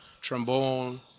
trombone